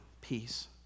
peace